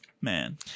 man